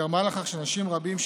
גרמה לכך שאנשים רבים,